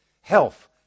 health